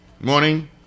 Morning